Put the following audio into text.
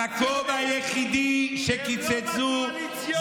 הם לא בקואליציוניים.